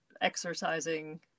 exercising